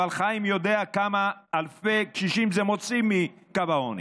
אבל חיים יודע כמה אלפי קשישים זה מוציא מקו העוני.